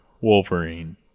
Wolverine